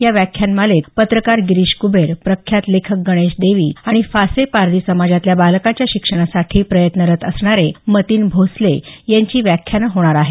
या व्याख्यानमालेत पत्रकार गिरीश कुबेर प्रख्यात लेखक गणेश देवी आणि फासे पारधी समाजातल्या बालकांच्या शिक्षणासाठी प्रयत्नरत असणारे मतीन भोसले यांची व्याख्यानं होणार आहेत